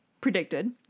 predicted